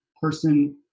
person